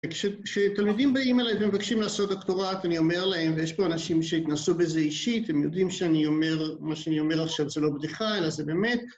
כשתלמידים באים אליי והם מבקשים לעשות דוקטורט אני אומר להם, ויש פה אנשים שהתנסו בזה אישית, הם יודעים שאני אומר, מה שאני אומר עכשיו זה לא בדיחה אלא זה באמת